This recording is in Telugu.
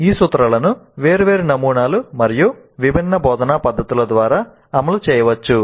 ఈ సూత్రాలను వేర్వేరు నమూనాలు మరియు విభిన్న బోధనా పద్ధతుల ద్వారా అమలు చేయవచ్చు